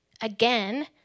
again